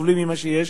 סובלים ממה שיש,